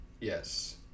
yes